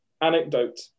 anecdote